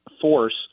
force